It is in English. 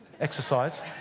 exercise